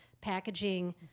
packaging